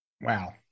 Wow